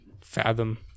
fathom